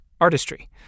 artistry